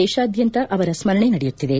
ದೇಶಾದ್ಯಂತ ಅವರ ಸ್ಮರಣೆ ನಡೆಯುತ್ತಿದೆ